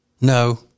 No